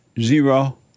Zero